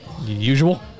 usual